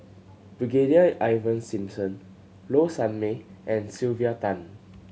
Brigadier Ivan Simson Low Sanmay and Sylvia Tan